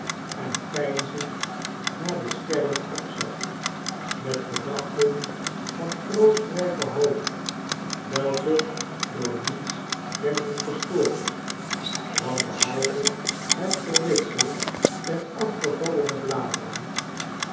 en peinzend naar de sterren opzag met gedachten van troostrijke hoop welke door niets werden gestoord want behalve het geritsel der afgevallene bladeren